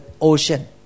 ocean